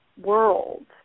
world